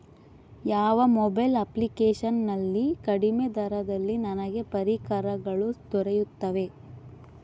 ಯಾವ mobile application ನಲ್ಲಿ ಕಡಿಮೆ ದರದಲ್ಲಿ ನನಗೆ ಪರಿಕರಗಳು ದೊರೆಯುತ್ತವೆ?